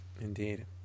Indeed